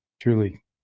Truly